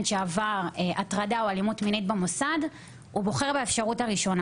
שעבר הטרדה או אלימות מינית במוסד הוא בוחר באפשרות הראשונה.